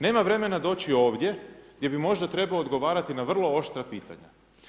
Nema vremena doći ovdje gdje bi možda trebao odgovarati na vrlo oštra pitanja.